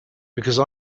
because